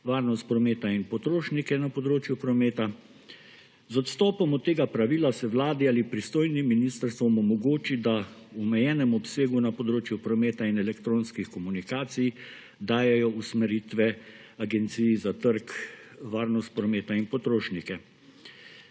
varnost prometa in potrošnike na področju prometa. Z odstopom od tega pravila se Vladi ali pristojnim ministrstvom omogoči, da v omejenem obsegu na področju prometa in elektronskih komunikacij dajejo usmeritve Agenciji za trg, varnost prometa in potrošnike.